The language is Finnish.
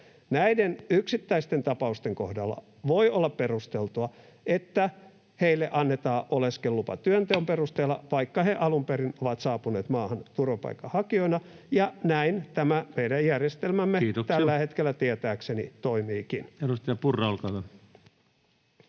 Näiden yksittäisten tapausten kohdalla voi olla perusteltua, että heille annetaan oleskelulupa työnteon perusteella, vaikka he alun perin ovat saapuneet maahan turvapaikanhakijoina, ja näin tämä meidän järjestelmämme [Puhemies: Kiitoksia!] tällä hetkellä tietääkseni toimiikin. Edustaja Purra, olkaa hyvä.